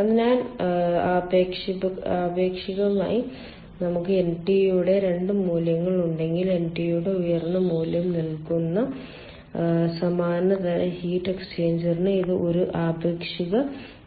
അതിനാൽ ആപേക്ഷികമായി നമുക്ക് NTU യുടെ 2 മൂല്യങ്ങൾ ഉണ്ടെങ്കിൽ NTU യുടെ ഉയർന്ന മൂല്യം നൽകുന്ന സമാന തരം ഹീറ്റ് എക്സ്ചേഞ്ചറിന് ഇത് ഒരു ആപേക്ഷിക